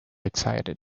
excited